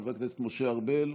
חבר הכנסת משה ארבל,